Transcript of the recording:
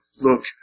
look